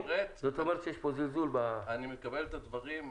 זה אומר שיש פה זלזול --- אני מקבל את הדברים.